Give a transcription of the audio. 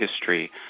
history